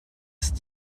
ist